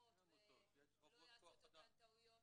מפוקחות ולא יעשו את אותן טעויות?